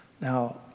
Now